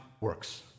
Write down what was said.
works